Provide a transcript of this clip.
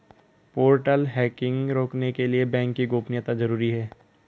portal hacking रोकने के लिए बैंक की गोपनीयता जरूरी हैं